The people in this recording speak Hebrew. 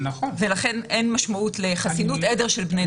לכן אין משמעות לחסינות עדר של בני נוער.